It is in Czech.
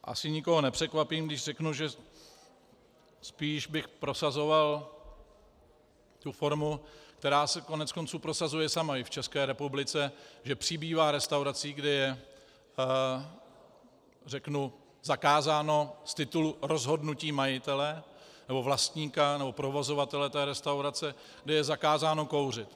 Asi nikoho nepřekvapím, když řeknu, že spíš bych prosazoval formu, která se koneckonců prosazuje i sama v České republice, že přibývá restaurací, kde je zakázáno z titulu rozhodnutí majitele nebo vlastníka nebo provozovatele té restaurace, kde je zakázáno kouřit.